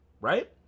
right